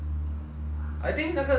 我每看三篇 hor